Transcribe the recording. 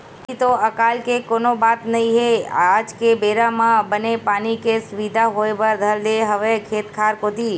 अभी तो अकाल के कोनो बात नई हे आज के बेरा म बने पानी के सुबिधा होय बर धर ले हवय खेत खार कोती